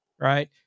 right